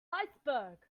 iceberg